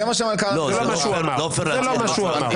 זה לא מה שהוא אמר.